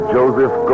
Joseph